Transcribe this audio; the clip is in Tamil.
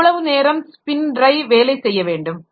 எவ்வளவு நேரம் ஸ்பின் ட்ரை வேலை செய்ய வேண்டும்